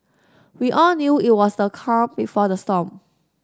we all knew it was the calm before the storm